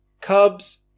Cubs